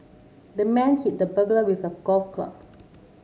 the man hit the burglar with a golf club